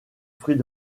fruits